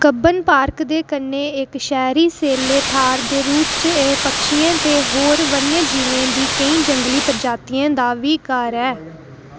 Cubbon Park दे कन्नै इक शैह्री सेले थाह्र दे रूप च एह् पक्षियें ते होर वन्यजीवें दी केईं जंगली प्रजातियें दा बी घर ऐ